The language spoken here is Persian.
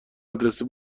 مدرسه